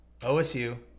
OSU